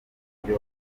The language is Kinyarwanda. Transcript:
buryo